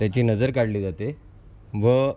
त्याची नजर काढली जाते व